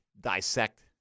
dissect